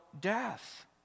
death